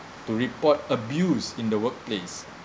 to report abuse in the workplace